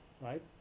right